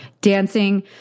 dancing